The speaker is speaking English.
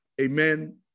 Amen